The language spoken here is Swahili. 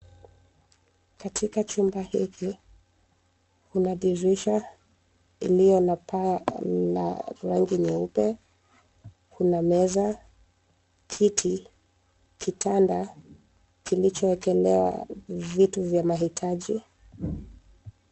Katika chumba hiki kuna dirisha iliyo na paa na rangi nyeupe. Kuna meza, kiti, kitanda kilichowekelewa vitu vya mahitaji.